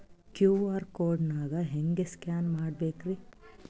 QR code ನಾ ಹೆಂಗ scan ಮಾಡಬೇಕ್ರಿ?